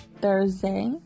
Thursday